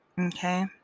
Okay